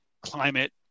climate